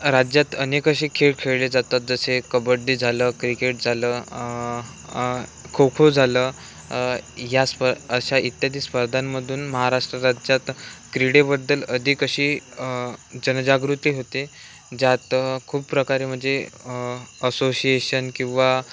राज्यात अनेक असेखेळ खेळले जातात जसे कबड्डी झालं क्रिकेट झालं खोखो झालं ह्या स्प अशा इत्यादी स्पर्धांमधून महाराष्ट्र राज्यात क्रीडेबद्दल अधिक अशी जनजागृती होते ज्यात खूप प्रकारे म्हणजे असोसिएशन किंवा